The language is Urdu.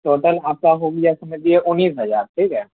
ٹوٹل آپ کا ہو گیا سمجھیے انیس ہزار ٹھیک ہے